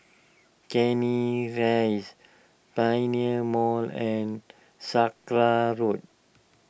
Canning Rise Pioneer Mall and Sakra Road